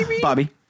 Bobby